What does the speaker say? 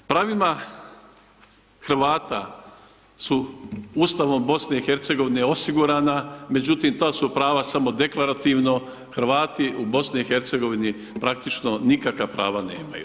Pravima Hrvata su Ustavom BiH osigurana, međutim ta su prava samo deklarativno, Hrvati u BiH praktično nikakva prava nemaju.